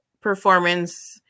performance